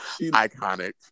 Iconic